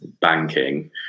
banking